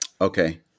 Okay